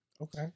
Okay